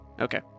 Okay